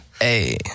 Hey